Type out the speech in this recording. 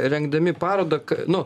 rengdami parodą nu